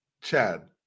Chad